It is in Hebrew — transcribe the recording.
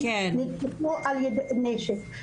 נתפסו עם נשק.